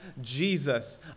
Jesus